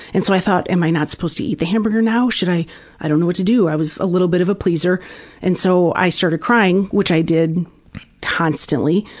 and so i thought, am i not supposed to eat the hamburger now? and i i don't know what to do. i was a little bit of a pleaser and so i started crying which i did constantly.